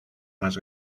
más